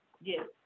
Yes